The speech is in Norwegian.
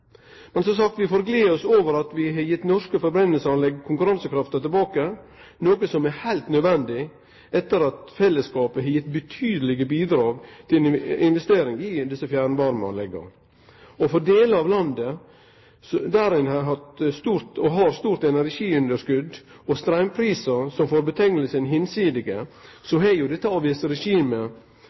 Men, som sagt, vi får gle oss over at vi har gitt norske forbrenningsanlegg konkurransekrafta tilbake, noko som er heilt naudsynt etter at fellesskapet har gitt betydelege bidrag til investering i desse fjernvarmeanlegga. For delar av landet der ein har hatt, og har, stort energiunderskot og straumprisar bortanom all fornuft, har dette avgiftsregimet stått fram som direkte provoserande når ein veit at så